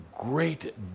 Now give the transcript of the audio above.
great